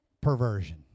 perversion